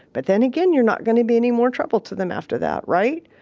but then again you're not gonna be any more trouble to them after that, right?